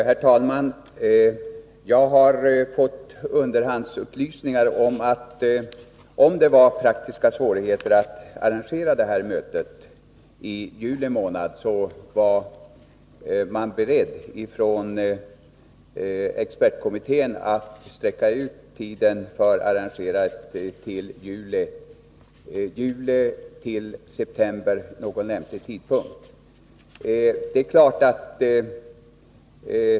Herr talman! Jag har fått underhandsupplysningen att om det var praktiska svårigheter att arrangera detta möte i juli månad, så var expertkommittén beredd att sträcka ut tiden till någon lämplig tidpunkt i september.